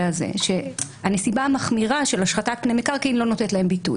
הזה שהנסיבה המחמירה של השחתת פני מקרקעין לא נותנת להן ביטוי.